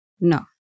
No